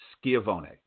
Schiavone